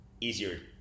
easier